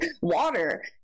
water